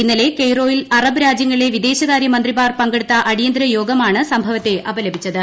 ഇന്നലെ കെയ്റോയിൽ അറബ് രാജൃങ്ങളിലെ വിദേശക്ടര്യ്യ മന്ത്രിമാർ പങ്കെടുത്ത അടിയന്തിര യോഗമാണ് സംഭവുത്തെ അപലപിച്ചത്